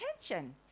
attention